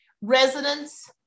residents